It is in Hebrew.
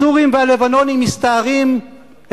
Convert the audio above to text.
הסורים והלבנונים מסתערים,